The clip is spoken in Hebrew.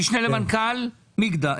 המשנה למנכ"ל מגדל.